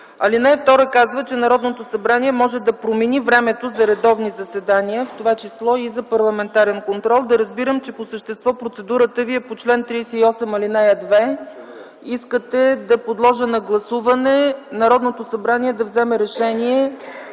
Алинея 2 казва, че Народното събрание може да промени времето за редовни заседания, в това число и за Парламентарен контрол. Да разбирам, че по същество процедурата Ви е по чл. 38, ал. 2 – искате да подложа на гласуване Народното събрание да вземе решение